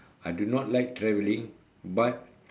I do not like traveling but